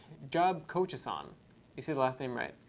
jobcochason, you say the last name right.